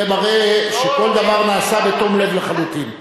זה מראה שכל דבר נעשה בתום לב לחלוטין.